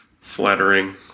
flattering